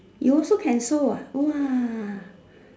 you also can sew ah !wah!